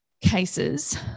cases